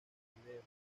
montevideo